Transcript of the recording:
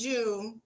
June